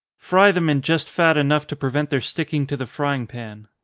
fry them in just fat enough to prevent their sticking to the frying pan.